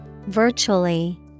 Virtually